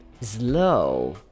Slow